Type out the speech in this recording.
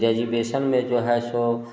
में जो है सो